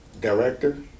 director